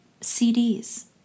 CDs